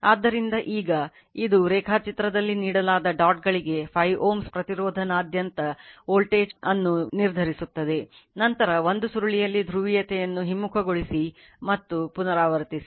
ಆದ್ದರಿಂದ ಈಗ ಇದು ರೇಖಾಚಿತ್ರದಲ್ಲಿ ನೀಡಲಾದ ಡಾಟ್ ಗಳಿಗೆ 5 Ω ಪ್ರತಿರೋಧನಾದ್ಯಂತ ವೋಲ್ಟೇಜ್ ಅನ್ನು ನಿರ್ಧರಿಸುತ್ತದೆ ನಂತರ 1 ಸುರುಳಿಯಲ್ಲಿ ಧ್ರುವೀಯತೆಯನ್ನು ಹಿಮ್ಮುಖಗೊಳಿಸಿ ಮತ್ತು ಪುನರಾವರ್ತಿಸಿ